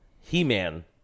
He-Man